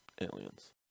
aliens